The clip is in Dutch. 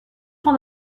van